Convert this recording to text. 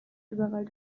überall